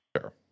sure